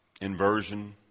inversion